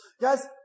Guys